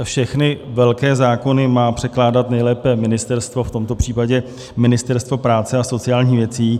Všechny velké zákony má předkládat nejlépe ministerstvo, v tomto případě Ministerstvo práce a sociálních věcí.